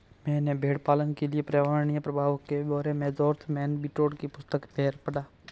मैंने भेड़पालन के पर्यावरणीय प्रभाव के बारे में जॉर्ज मोनबियोट की पुस्तक फेरल में पढ़ा